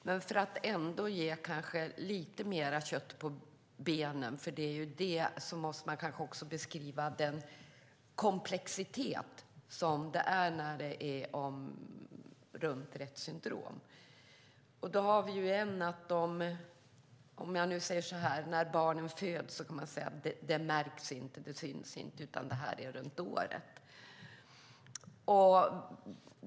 Men för att ändå ge lite mer kött på benen måste man också beskriva den komplexitet som finns när det handlar om Retts syndrom. När barnen föds märks det inte, utan det märks först när de är runt ett år.